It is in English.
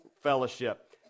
fellowship